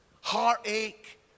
heartache